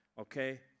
okay